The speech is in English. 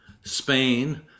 spain